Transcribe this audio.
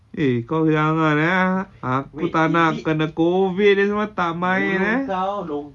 eh kau jangan eh aku tak nak kena COVID ni semua tak main eh